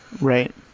Right